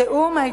בתיאום,